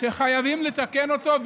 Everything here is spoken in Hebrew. שחייבים לתקן אותו,